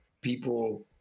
people